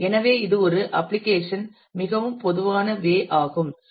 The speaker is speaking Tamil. எனவே இது ஒரு அப்ளிகேஷன் மிகவும் பொதுவான வே ஆகும்